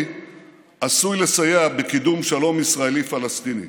עשוי לסייע בקידום שלום ישראלי-פלסטיני.